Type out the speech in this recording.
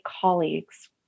colleagues